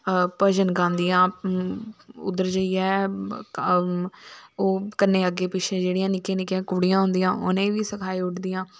भजन गांदिया उद्धर जेइयै कन्नै अग्गे पिच्छे जेहड़ियां कुडियां होंदियां उनेंगी बी सखाई ओड़दियां